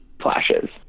flashes